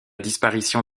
disparition